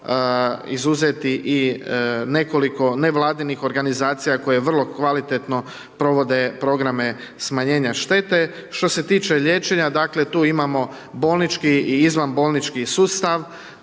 izuzeti i nekoliko nevladinih organizacija, koje je vrlo kvalitetno, provode programe smanjenja štete. Što se tiče liječenja, dakle, tu imamo bolnički i izvanbolnički sustav.